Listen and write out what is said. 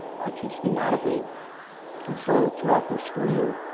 i teach thematically and so throughout the school year,